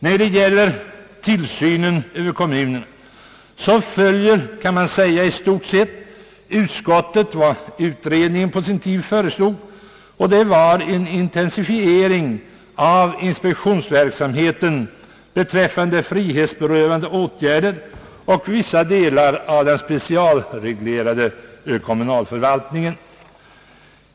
När det gäller tillsynen över kommunerna kan man säga att utskottet i stort sett tillstyrker vad utredningen på sin tid föreslog, nämligen en intensifiering av inspektionsverksamheten beträffande frihetsberövande åtgärder och vissa delar av den specialreglerade kommunalförvaltningen.